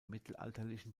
mittelalterlichen